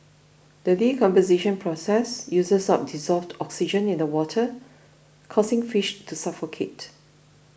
the decomposition process uses up dissolved oxygen in the water causing fish to suffocate